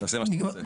שאתה רוצה.